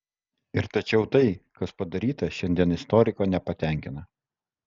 ir tačiau tai kas padaryta šiandien istoriko nepatenkina